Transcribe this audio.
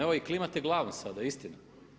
Evo i klimate glavom sada, istina.